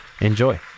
Enjoy